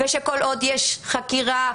ושכל עוד יש חקירה,